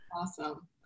Awesome